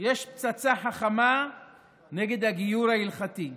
יש פצצה חכמה נגד הגיור ההלכתי,